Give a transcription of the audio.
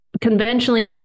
conventionally